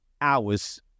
hours